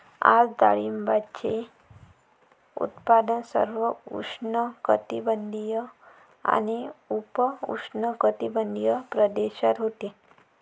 आज डाळिंबाचे उत्पादन सर्व उष्णकटिबंधीय आणि उपउष्णकटिबंधीय प्रदेशात होते